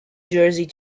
jersey